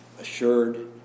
assured